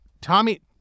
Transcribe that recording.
Tommy